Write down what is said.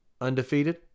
undefeated